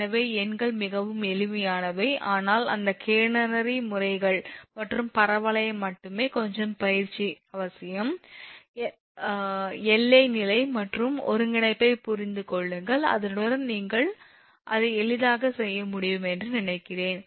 எனவே எண்கள் மிகவும் எளிமையானவை ஆனால் அந்த கேடனரி முறைகள் மற்றும் பரவளையம் மட்டுமே கொஞ்சம் பயிற்சி அவசியம் எல்லை நிலை மற்றும் ஒருங்கிணைப்பைப் புரிந்து கொள்ளுங்கள் அதனுடன் நீங்கள் அதை எளிதாக செய்ய முடியும் என்று நினைக்கிறேன்